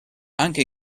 anche